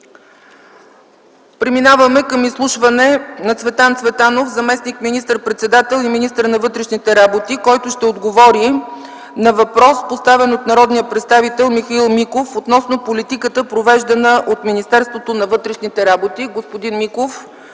Преминаваме към изслушване на заместник министър-председателя и министър на вътрешните работи Цветан Цветанов, който ще отговори на въпрос, поставен от народния представител Михаил Миков, относно политиката, провеждана от Министерството на вътрешните работи.